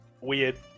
weird